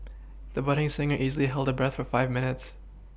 the budding singer easily held her breath for five minutes